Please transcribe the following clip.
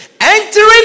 Entering